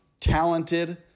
talented